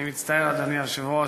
אדוני היושב-ראש,